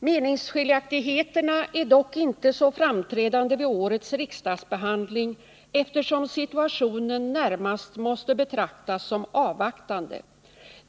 Meningsskiljaktigheterna är dock inte så framträdande vid årets riksdagsbehandling, eftersom situationen närmast måste betraktas som avvaktande.